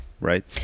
right